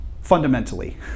fundamentally